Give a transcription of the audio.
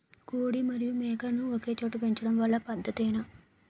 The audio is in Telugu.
కోడి మరియు మేక ను ఒకేచోట పెంచడం మంచి పద్ధతేనా?